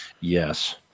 Yes